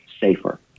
safer